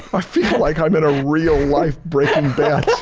i feel like i'm in a real-life breaking bad.